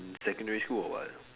secondary school or what